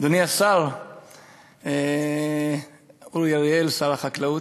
אדוני השר אורי אריאל, שר החקלאות,